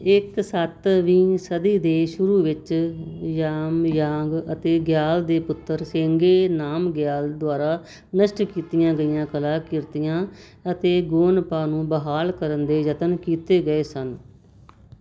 ਇੱਕ ਸੱਤਵੀਂ ਸਦੀ ਦੇ ਸ਼ੁਰੂ ਵਿੱਚ ਜਾਮਯਾਂਗ ਅਤੇ ਗਿਆਲ ਦੇ ਪੁੱਤਰ ਸੇਂਗੇ ਨਾਮਗਿਆਲ ਦੁਆਰਾ ਨਸ਼ਟ ਕੀਤੀਆਂ ਗਈਆਂ ਕਲਾਕ੍ਰਿਤੀਆਂ ਅਤੇ ਗੋਨਪਾ ਨੂੰ ਬਹਾਲ ਕਰਨ ਦੇ ਯਤਨ ਕੀਤੇ ਗਏ ਸਨ